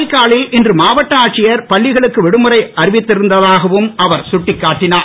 காரைக்காலில் இன்று மாவட்ட ஆட்சியர் பள்ளிகளுக்கு விடுமுறை அறிவித்திருந்ததாகவும் அவர் கட்டிக்காட்டினார்